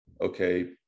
okay